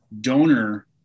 donor